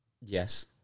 yes